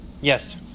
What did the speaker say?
Yes